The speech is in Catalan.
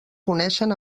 coneixen